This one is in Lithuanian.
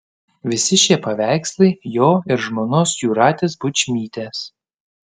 visi šie paveikslai jo ir žmonos jūratės bučmytės